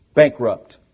bankrupt